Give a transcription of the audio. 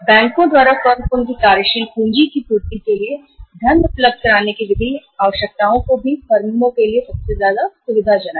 बैंकों द्वारा फर्मों को उनकी कार्यशील पूंजी की आपूर्ति के लिए धन आसानी से उपलब्ध कराना सुविधाजनक है